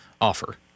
offer